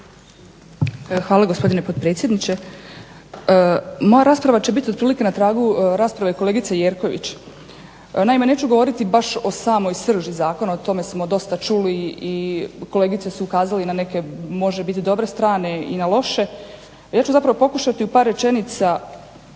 Hvala gospodine potpredsjedniče. Moja rasprava će biti otprilike na tragu rasprave kolegice Jerković. Naime, neću govoriti baš o samoj srži zakona o tome smo dosta čuli i kolegice su ukazale na neke može biti dobre strane i na loše. Ja ću zapravo pokušati u par rečenica